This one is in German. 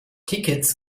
tickets